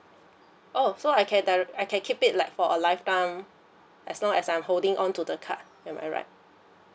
oh so I can di~ I can keep it like for a lifetime as long as I'm holding on to the card am I right